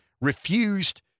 refused